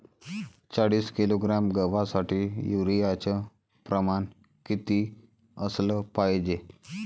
चाळीस किलोग्रॅम गवासाठी यूरिया च प्रमान किती असलं पायजे?